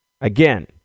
Again